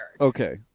Okay